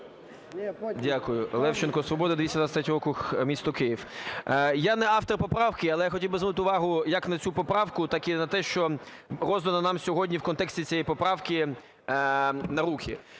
Дякую. Левченко, "Свобода", 223 округ, місто Київ. Я не автор поправки, але я хотів би звернути увагу як на цю поправку, так і на те, що роздано нам сьогодні в контексті цієї поправки на руки.